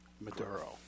Maduro